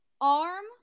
Arm